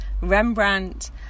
Rembrandt